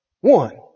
one